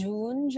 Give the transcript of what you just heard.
June